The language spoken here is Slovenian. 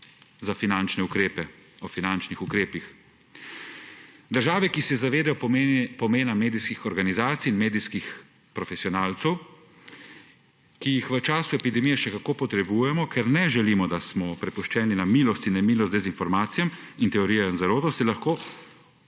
ko govorimo o finančnih ukrepih. Države, ki se zavedajo pomena medijskih organizacij in medijskih profesionalcev, ki jih v času epidemije še kako potrebujemo, ker ne želimo, da smo prepuščeni na milost in nemilost dezinformacijam in teorijam zarote, so se lahko